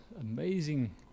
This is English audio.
amazing